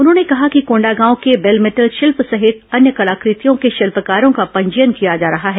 उन्होंने कहा कि कोंडागांव के बेलमेटल शिल्प सहित अन्य कलाकृतियों के शिल्पकारों का पंजीयन किया जा रहा है